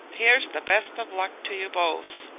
here's the best of luck to you both!